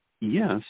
Yes